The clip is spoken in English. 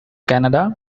canada